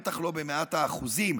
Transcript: בטח לא במאת האחוזים,